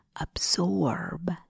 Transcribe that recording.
absorb